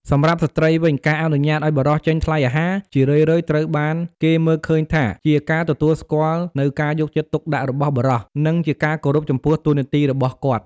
សម្រាប់ស្ត្រីវិញ ការអនុញ្ញាតឱ្យបុរសចេញថ្លៃអាហារ ជារឿយៗត្រូវបានគេមើលឃើញថាជាការទទួលស្គាល់នូវការយកចិត្តទុកដាក់របស់បុរស និងជាការគោរពចំពោះតួនាទីរបស់គាត់។